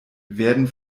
werden